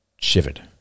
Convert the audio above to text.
shivered